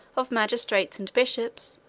of magistrates and bishops,